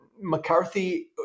McCarthy